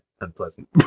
unpleasant